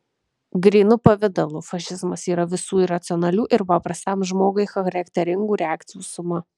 grynu pavidalu fašizmas yra visų iracionalių ir paprastam žmogui charakteringų reakcijų suma